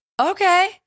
okay